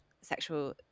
sexual